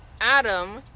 Adam